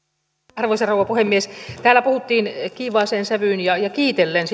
arvoisa rouva puhemies täällä puhuttiin kiivaaseen sävyyn ja ja kiitellen